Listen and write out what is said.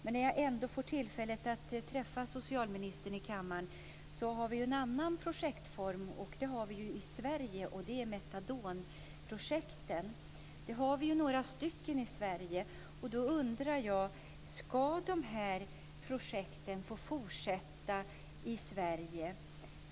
Men när jag nu ändå har tillfälle att träffa socialministern i kammaren vill jag ta upp en annan projektform som vi har i Sverige. Det gäller metadonprojekten som vi har några stycken i Sverige. Jag undrar: Ska dessa projekt få fortsätta i Sverige?